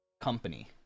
company